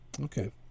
Okay